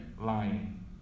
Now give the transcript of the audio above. lying